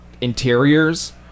interiors